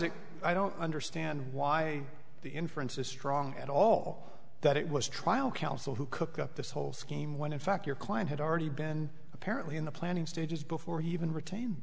it i don't understand why the inference is strong at all that it was trial counsel who cooked up this whole scheme when in fact your client had already been apparently in the planning stages before he even retain